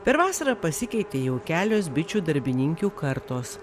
per vasarą pasikeitė jau kelios bičių darbininkių kartos